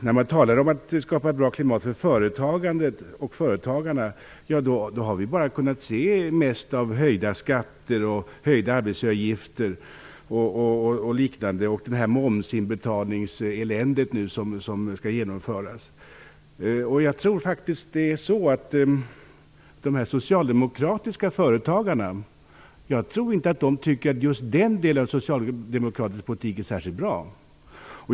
När man talar om att skapa bra klimat för företagandet och företagarna har vi mest kunnat se höjda skatter, höjda arbetsgivaravgifter och det här momsinbetalningseländet som nu skall genomföras. Jag tror faktiskt inte att de socialdemokratiska företagarna tycker att just den delen av den socialdemokratiska politiken är särskilt bra.